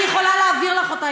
אני יכולה להעביר לך אותה,